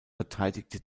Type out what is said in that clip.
verteidigte